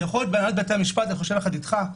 אני חושב יחד איתך,